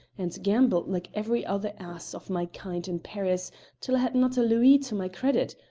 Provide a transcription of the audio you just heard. and gambled like every other ass of my kind in paris till i had not a louis to my credit.